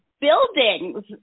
buildings